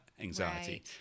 anxiety